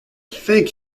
think